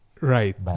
Right